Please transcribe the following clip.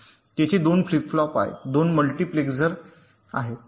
तेथे 2 flip flop आहेत 2 multiplexers आहेत